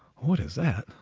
what is that?